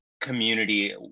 Community